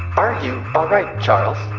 are you alright, charles?